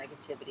negativity